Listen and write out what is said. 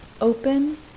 open